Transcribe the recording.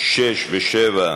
6 ו-7 יורדות.